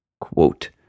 Quote